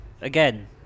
again